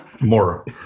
more